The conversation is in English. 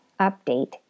update